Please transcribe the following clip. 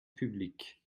publique